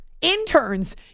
Interns